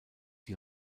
die